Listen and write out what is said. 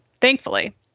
Thankfully